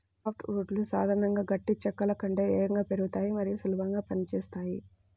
soft వుడ్లు సాధారణంగా గట్టి చెక్కల కంటే వేగంగా పెరుగుతాయి మరియు సులభంగా పని చేస్తాయి